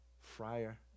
friar